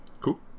Cool